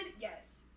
yes